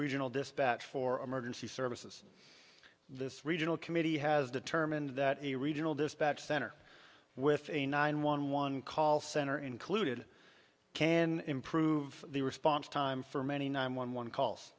regional dispatch for emergency services this regional committee has determined that a regional dispatch center with a nine one one call center included can improve the response time for many nine one one calls